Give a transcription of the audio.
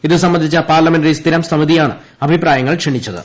ഇത് സംബന്ധിച്ച പാർലമെന്ററി സ്ഥിരം സമിതിയാണ് അഭിപ്രായങ്ങൾ ക്ഷണിച്ചത്